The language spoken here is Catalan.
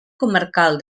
comarcal